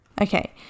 okay